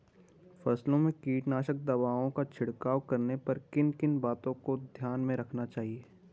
फसलों में कीटनाशक दवाओं का छिड़काव करने पर किन किन बातों को ध्यान में रखना चाहिए?